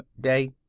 day